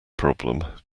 problem